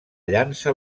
llança